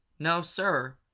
no, sir,